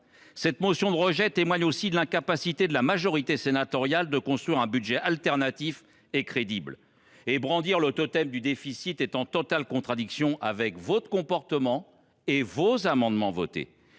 Gouvernement. Elle témoigne de l’incapacité de la majorité sénatoriale à construire un budget alternatif crédible. Brandir le totem du déficit est en totale contradiction avec votre comportement et avec les amendements que